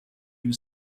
une